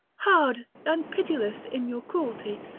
hard and pitiless in your cruelty!